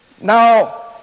Now